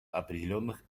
определенных